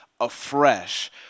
afresh